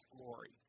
glory